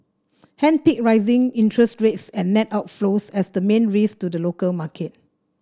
hand picked rising interest rates and net outflows as the main risks to the local market